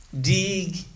Dig